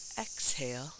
exhale